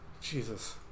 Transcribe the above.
Jesus